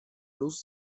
luz